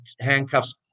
handcuffs